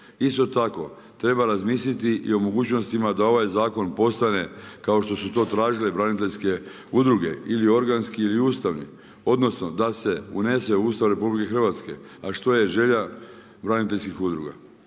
Isto tako treba razmisliti i o mogućnostima da ovaj zakon postane kao što su to tražile braniteljske udruge ili organski ili ustavni. Odnosno, da se unese u Ustav RH, a što je želja braniteljskih udruga.